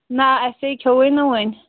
نہَ اَسے کھٮ۪وُے نہٕ وُنہِ